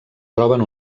troben